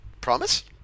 Promise